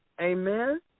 Amen